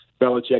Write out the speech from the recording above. Belichick